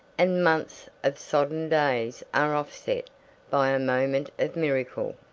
and months of sodden days are offset by a moment of miracle.